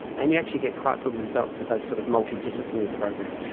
and you actually get quite good results with those sort of multidisciplinary programs.